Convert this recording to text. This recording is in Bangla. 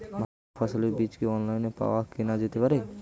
ভালো মানের ফসলের বীজ কি অনলাইনে পাওয়া কেনা যেতে পারে?